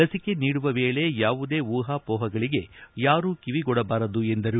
ಲಸಿಕೆ ನೀಡುವ ವೇಳೆ ಯಾವುದೇ ಊಹಾಪೋಹಗಳಿಗೆ ಯಾರೂ ಕಿವಿಗೊಡಬಾರದು ಎಂದರು